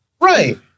right